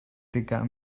tikah